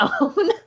own